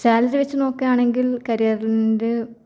salary വെച്ച് നോക്കുകയാണെങ്കിൽ കരിയറിൻറെ